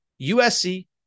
USC